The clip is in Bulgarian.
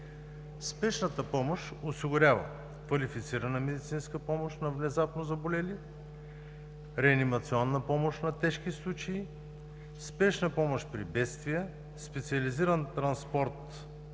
Спешната помощ осигурява: квалифицирана медицинска помощ на внезапно заболели, реанимационна помощ на тежки случаи, спешна помощ при бедствия, специализиран транспорт в спешни